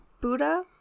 Buddha